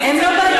ישבו.